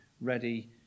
ready